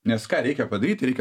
nes ką reikia padaryt tai reikia